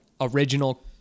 original